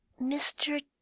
mr